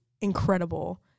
incredible